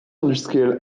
industriel